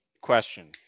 Question